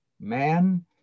Man